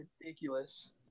ridiculous